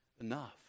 enough